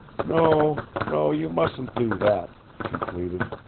no, no, you mustn't do that, she pleaded.